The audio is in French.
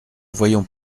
voyons